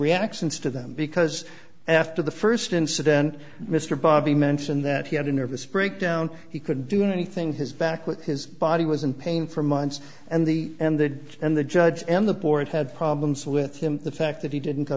reactions to them because after the first incident mr bobby mentioned that he had a nervous breakdown he couldn't do anything his back with his body was in pain for months and the and that and the judge and the board had problems with him the fact that he didn't go